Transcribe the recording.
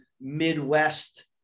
Midwest